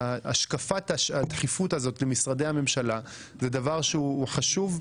והשקפת הדחיפות הזאת במשרדי הממשלה זה דבר שהוא חשוב,